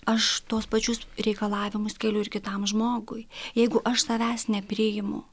aš tuos pačius reikalavimus keliu ir kitam žmogui jeigu aš tavęs nepriimu